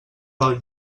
del